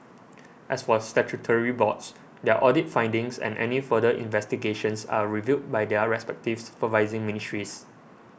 as for statutory boards their audit findings and any further investigations are reviewed by their respective supervising ministries